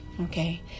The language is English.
Okay